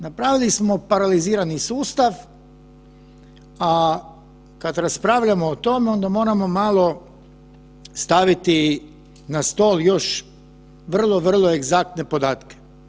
Napravili smo paralizirani sustav, a kada raspravljamo o tome onda moramo malo staviti na stol još vrlo, vrlo egzaktne podatke.